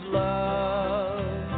love